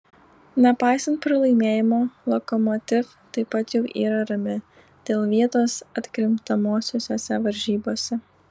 nepaisant pralaimėjimo lokomotiv taip pat jau yra rami dėl vietos atkrintamosiose varžybose